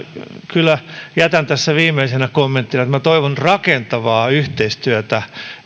kyllä jätän tässä viimeisenä kommenttinani että minä toivon rakentavaa yhteistyötä